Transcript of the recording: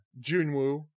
Junwoo